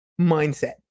mindset